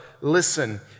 listen